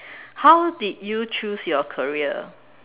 how did you choose your career